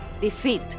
defeat